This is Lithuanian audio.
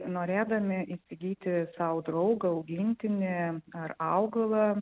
norėdami įsigyti sau draugą augintinį ar augalą